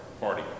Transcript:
Party